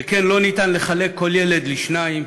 שכן לא ניתן לחלק כל ילד לשניים